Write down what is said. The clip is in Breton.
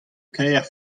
kaer